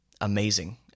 amazing